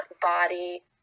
body